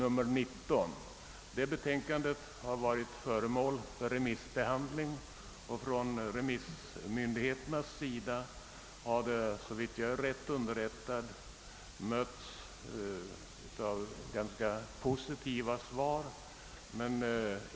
Detta betänkande har varit föremål för remissbehandling och har från remissmyndigheterna, såvitt jag är rätt underrättad, mötts av ganska positiva svar.